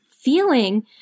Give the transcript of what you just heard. feeling